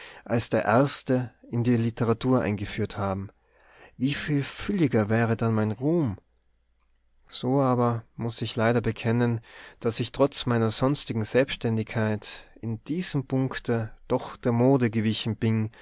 als der erste in die literatur eingeführt haben wieviel fülliger wäre dann mein ruhm so aber muß ich leider bekennen daß ich trotz meiner sonstigen selbständigkeit in diesem punkte doch der mode gewichen bin